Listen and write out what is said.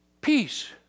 Peace